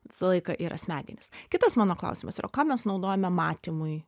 visą laiką yra smegenys kitas mano klausimas yra o ką mes naudojame matymui